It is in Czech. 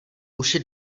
uši